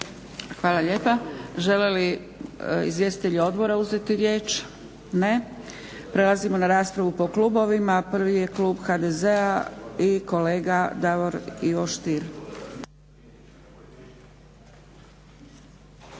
Hvala lijepa. Žele li izvjestitelji odbora uzeti riječ? Ne. Prelazimo na raspravu po klubovima. Prvi je klub HDZ-a i kolega Davor Ivo Stier.